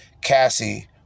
Cassie